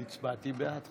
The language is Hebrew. הצבעתי בעד.